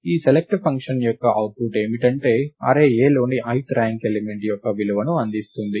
ఈ select function యొక్క output ఏమిటంటే అర్రే Aలోని ith ర్యాంక్ ఎలిమెంట్ యొక్క విలువను అందిస్తుంది